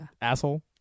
Asshole